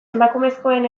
emakumezkoen